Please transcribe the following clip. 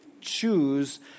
choose